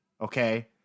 Okay